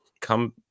come